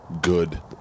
good